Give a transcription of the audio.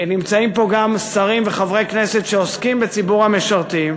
שרים וחברי כנסת שעוסקים בציבור המשרתים,